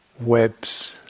webs